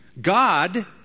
God